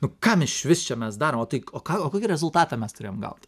nu kam išvis čia mes darom o tai o ką o kokį rezultatą mes turim gaut